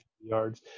yards